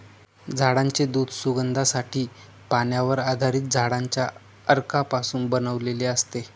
झाडांचे दूध सुगंधासाठी, पाण्यावर आधारित झाडांच्या अर्कापासून बनवलेले असते